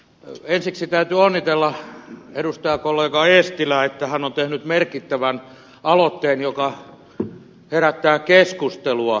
ensiksi täytyy onnitella edustajakollega eestilää että hän on tehnyt merkittävän aloitteen joka herättää keskustelua